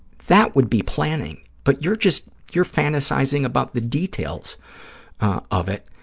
that would be planning, but you're just, you're fantasizing about the details of it,